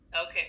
Okay